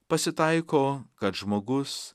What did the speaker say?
pasitaiko kad žmogus